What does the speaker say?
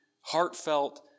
heartfelt